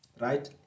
right